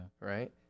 Right